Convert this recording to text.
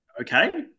okay